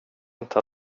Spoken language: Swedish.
inte